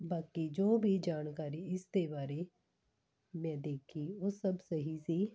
ਬਾਕੀ ਜੋ ਵੀ ਜਾਣਕਾਰੀ ਇਸ ਦੇ ਬਾਰੇ ਮੈਂ ਦੇਖੀ ਉਹ ਸਭ ਸਹੀ ਸੀ